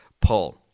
Paul